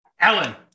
Ellen